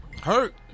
hurt